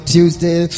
Tuesday